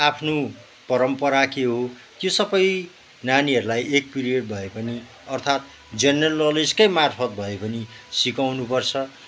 आफ्नो परम्परा के हो त्यो सबै नानीहरूलाई एक पिरियड भए पनि अर्थात् जेनरल नलेजकै मार्फत भए पनि सिकाउनुपर्छ